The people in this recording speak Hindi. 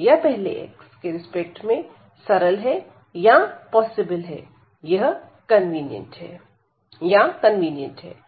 या पहले x के रिस्पेक्ट में सरल है या पॉसिबल है यह कन्वीनियंट है